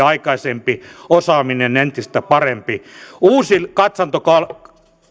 aikaisempi osaaminen entistä paremmin uusi katsantokulma